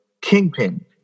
Kingpin